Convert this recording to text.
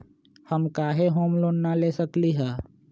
हम काहे home loan न ले सकली ह?